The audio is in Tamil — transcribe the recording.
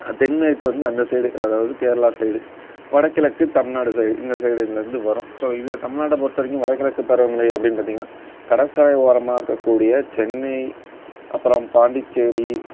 தென்மேற்கு வந்து அந்த சைடு அதாவது கேரளா சைடு வடகிழக்கு தமிழ்நாடு சைடு இந்த சைடிலேருந்து வரும் ஸோ இது தமிழ்நாட்டை பொறுத்த வரைக்கும் வடகிழக்கு பருவமழை அப்படீன்னு பார்த்திங்கனா கடற்கரை ஓரமாக இருக்கக் கூடிய சென்னை அப்புறம் பாண்டிச்சேரி